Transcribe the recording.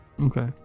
Okay